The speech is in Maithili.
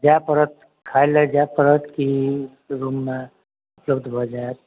जाय पड़त खाय ला जाय पड़त कि रूममे उपलब्ध भऽ जायत